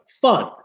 fun